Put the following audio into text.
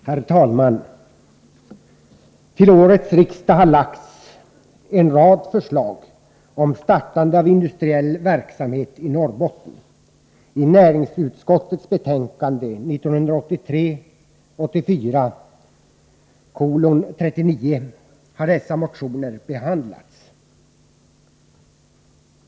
Herr talman! Till årets riksdag har lagts en rad förslag om startande av industriell verksamhet i Norrbotten. I näringsutskottets betänkande 1983/ 84:39 har dessa motioner behandlats.